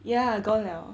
ya gone 了